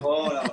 נכון,